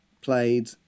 played